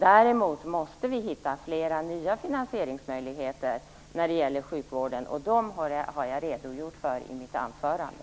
Däremot måste vi hitta flera nya finansieringsmöjligheter när det gäller sjukvården, och dessa har jag redogjort för i mitt anförande.